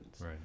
Right